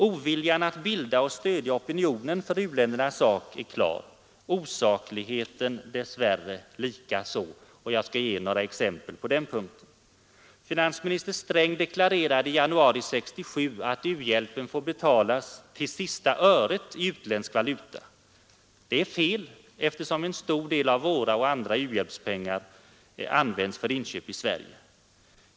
Oviljan att bilda och stödja opinionen för u-ländernas sak är klar, osakligheten dessvärre likaså. Jag skall ge några exempel också på detta senare. Finansminister Sträng deklarerade i januari 1967 att u-hjälpen får betalas ”till sista öret” i utländsk valuta. Det är fel, eftersom en stor del av våra och andra u-hjälpspengar används för inköp i Sverige.